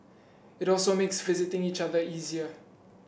it also makes visiting each other easier